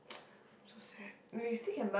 so sad